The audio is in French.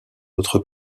autre